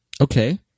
Okay